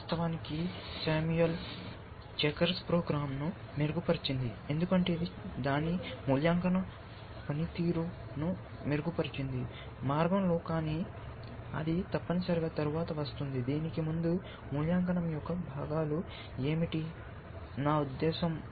వాస్తవానికి Samuel checkers program దాని ఆటను మెరుగుపరిచింది ఎందుకంటే ఇది దాని మూల్యాంకన పనితీరును మెరుగుపరిచింది మార్గంలో కానీ అది తప్పనిసరిగా తరువాత వస్తుంది దీనికి ముందు మూల్యాంకనం యొక్క భాగాలు ఏమిటి నా ఉద్దేశ్యం